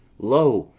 lo,